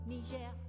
Niger